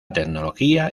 tecnología